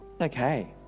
okay